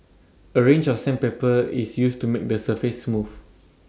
A range of sandpaper is used to make the surface smooth